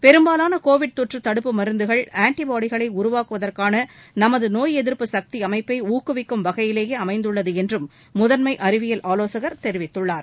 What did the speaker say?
பெரும்பாலான கோவிட் தொற்று தடுப்பு மருந்துகள் ஆன்டிபாடிகளை உருவாக்குவதற்கான நமது நோய் எதிர்ப்பு சக்தி அமைப்பை ஊக்குவிக்கும் வகையிலேயே அமைந்துள்ளது என்றும் முதன்மை அறிவியல் ஆலோசகர் தெரிவித்துள்ளார்